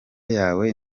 yawe